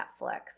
Netflix